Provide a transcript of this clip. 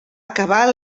acabar